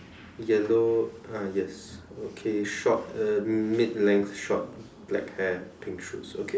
yellow uh yes okay short uh mid length short black hair pink shoes okay